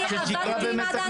אני עבדתי עם מד"א,